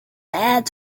ads